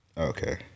Okay